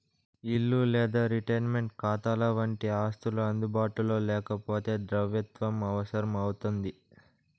ఇల్లు లేదా రిటైర్మంటు కాతాలవంటి ఆస్తులు అందుబాటులో లేకపోతే ద్రవ్యత్వం అవసరం అవుతుంది